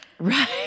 Right